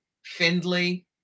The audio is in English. Findlay